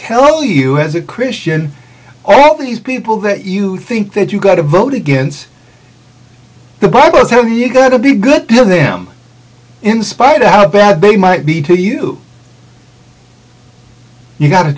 tell you as a christian all these people that you think that you got to vote against the bible is how you got to be good to them in spite of how bad they might be to you you've got to